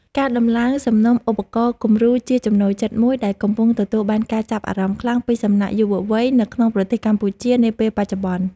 ការដំឡើងសំណុំឧបករណ៍គំរូជាចំណូលចិត្តមួយដែលកំពុងទទួលបានការចាប់អារម្មណ៍ខ្លាំងពីសំណាក់យុវវ័យនៅក្នុងប្រទេសកម្ពុជានាពេលបច្ចុប្បន្ន។